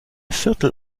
viertel